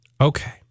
Okay